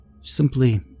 Simply